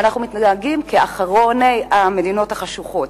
אבל אנחנו מתנהגים כאחרונת המדינות החשוכות.